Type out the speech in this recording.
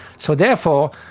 so therefore